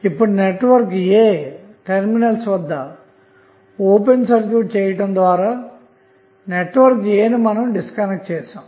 ఇప్పుడు network A terminals వద్ద open circuit చేయుట ద్వారా నెట్వర్క్ A ను డిస్కనెక్ట్ చేద్దాము